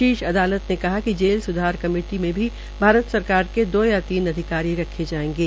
शीर्ष अदालत ने कहा कि जेल सुधार कमेटी में भी भारत सरकार के दो या तीन अधिकारी रखें जायेंगे